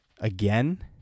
again